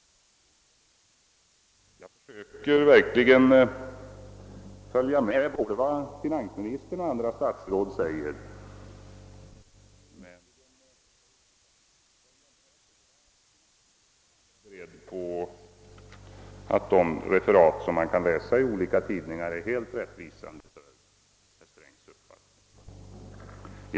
Jag försöker verkligen att följa med i pressen och se vad både finansministern och andra statsråd säger offentligt, men finansministern vill väl inte skriva under på att de referat man kan läsa i olika tidningar är helt riktiga när det gäller att återge herr Strängs uppfattning.